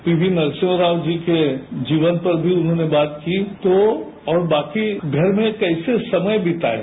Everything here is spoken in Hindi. पीवी नरसिम्हा राव जी के जीवन पर भी उन्होंने बात की तो बाकी घर में कैसे समय बितायें